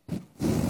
(אומרת בערבית: יקירתי